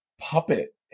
puppet